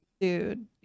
Dude